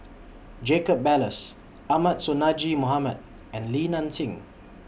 Jacob Ballas Ahmad Sonhadji Mohamad and Li Nanxing